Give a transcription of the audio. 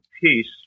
peace